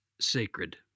sacred